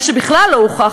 מה שבכלל לא הוכח,